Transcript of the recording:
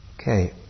Okay